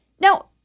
now